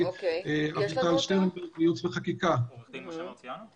אביטל שטרנברג מייעוץ וחקיקה יוכלו להרחיב על זה.